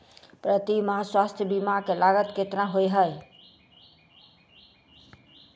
प्रति माह स्वास्थ्य बीमा केँ लागत केतना होइ है?